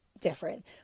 different